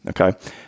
Okay